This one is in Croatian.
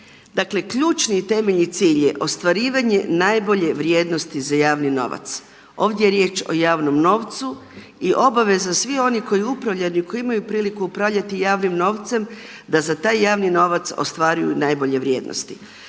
Dakle ključni i temeljni cilj je ostvarivanje najbolje vrijednosti za javni novac. Ovdje je riječ o javnom novcu i obaveza svih onih koji upravljaju i koji imaju priliku upravljati javnim novcem da za taj javni novac ostvaruju i najbolje vrijednosti.